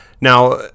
Now